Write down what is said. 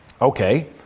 Okay